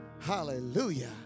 Hallelujah